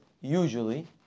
usually